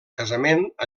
casament